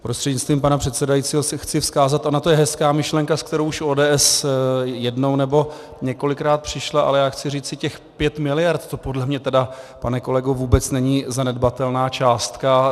Prostřednictvím pana předsedajícího chci vzkázat, ona to je hezká myšlenka, s kterou už ODS jednou nebo několikrát přišla, ale já chci říci, těch 5 miliard, to podle mě, pane kolego, vůbec není zanedbatelná částka.